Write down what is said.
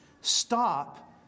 stop